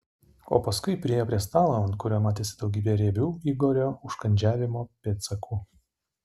o paskui priėjo prie stalo ant kurio matėsi daugybė riebių igorio užkandžiavimo pėdsakų